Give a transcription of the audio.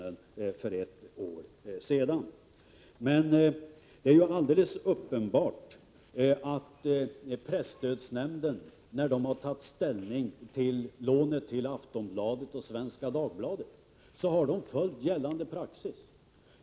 Det är helt uppenbart att presstödsnämnden har följt gällande praxis när den har tagit ställning till lånet till Aftonbladet och Svenska Dagbladet.